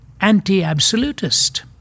anti-absolutist